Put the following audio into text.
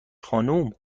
خانم